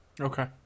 Okay